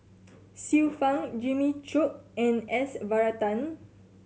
Xiu Fang Jimmy Chok and S Varathan